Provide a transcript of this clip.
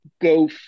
go